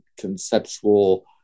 conceptual